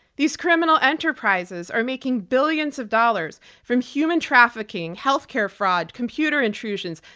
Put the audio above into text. these criminal enterprises are making billions of dollars from human trafficking, health care fraud, computer intrusions,